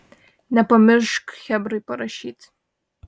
nepamiršk chebrai parašyt